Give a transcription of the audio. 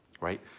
right